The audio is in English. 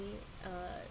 uh